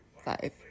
five